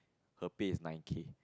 her pay is nine K